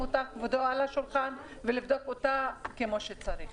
אותה על השולחן ולבדוק אותה כמו שצריך.